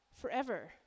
forever